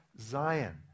Zion